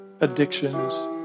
addictions